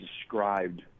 described